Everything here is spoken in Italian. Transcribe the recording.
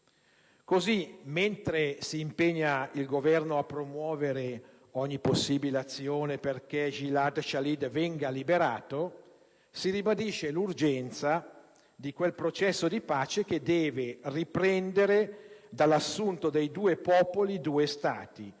Così, mentre si impegna il Governo a promuovere ogni possibile azione perché Gilad Shalit venga liberato, si ribadisce l'urgenza di quel processo di pace che deve riprendere dall'assunto dei «due popoli, due Stati»